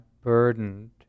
burdened